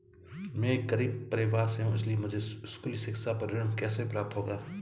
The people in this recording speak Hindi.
मैं एक गरीब परिवार से हूं इसलिए मुझे स्कूली शिक्षा पर ऋण कैसे प्राप्त होगा?